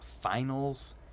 finals